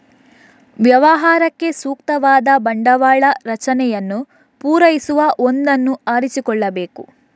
ವ್ಯವಹಾರಕ್ಕೆ ಸೂಕ್ತವಾದ ಬಂಡವಾಳ ರಚನೆಯನ್ನು ಪೂರೈಸುವ ಒಂದನ್ನು ಆರಿಸಿಕೊಳ್ಳಬೇಕು